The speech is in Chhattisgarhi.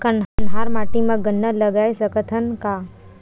कन्हार माटी म गन्ना लगय सकथ न का?